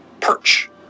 perch